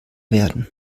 werden